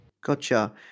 Gotcha